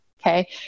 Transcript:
Okay